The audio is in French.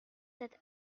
cet